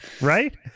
right